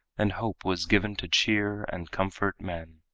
and hope was given to cheer and comfort men.